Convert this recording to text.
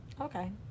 Okay